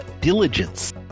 Diligence